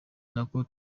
nako